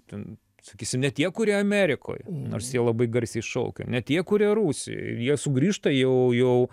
ten sakysim ne tie kurie amerikoj nors jie labai garsiai šaukia ne tie kurie rusijoj ir jie sugrįžta jau jau